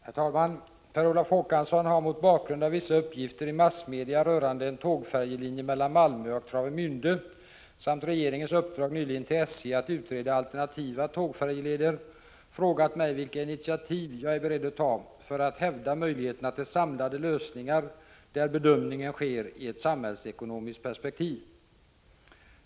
Herr talman! Per Olof Håkansson har mot bakgrund av vissa uppgifter i massmedia rörande en tågfärjelinje mallan Malmö och Travemände samt regeringens uppdrag nyligen till SJ att utreda alternativa tågfärjeleder frågat mig vilka initiativ jag är beredd att ta för att hävda möjligheterna till samlade lösningar där bedömningen sker i ett samhällsekonomiskt perspektiv.